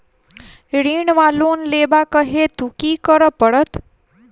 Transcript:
ऋण वा लोन लेबाक हेतु की करऽ पड़त?